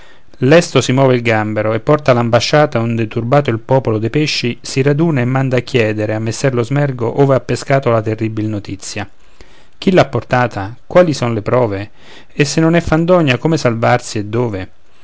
lesto si muove il gambero e porta l'ambasciata onde turbato il popolo dei pesci si raduna e manda a chiedere a messere lo smergo ove ha pescato la terribil notizia chi l'ha portata quali son le prove e se non è fandonia come salvarsi e dove